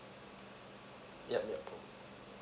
yup yup